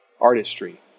artistry